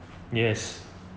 yes